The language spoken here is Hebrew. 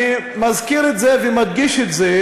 אני מזכיר את זה ומדגיש את זה,